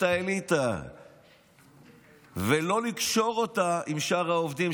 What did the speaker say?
האליטה ולא לקשור אותה עם שאר העובדים,